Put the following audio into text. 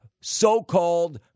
so-called